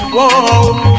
Whoa